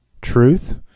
truth